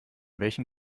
welchen